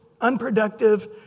unproductive